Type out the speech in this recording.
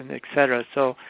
and et cetera. so,